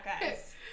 guys